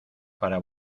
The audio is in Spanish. para